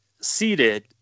seated